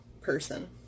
person